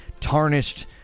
tarnished